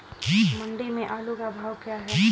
मंडी में आलू का भाव क्या है?